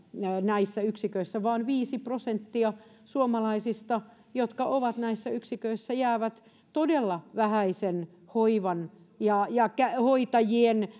näissä yksiköissä vaan viisi prosenttia suomalaisista jotka ovat näissä yksiköissä jäävät todella vähäisen hoivan ja ja hoitajien